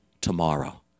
tomorrow